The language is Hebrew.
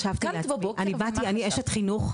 אני אשת חינוך,